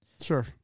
Sure